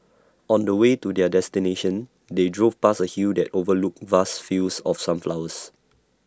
on the way to their destination they drove past A hill that overlooked vast fields of sunflowers